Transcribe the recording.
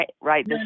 right